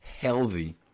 healthy